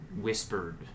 whispered